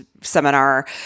seminar